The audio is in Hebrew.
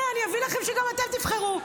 תראו, תראו, אני אביא לכם שגם אתם תבחרו.